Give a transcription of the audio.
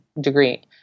degree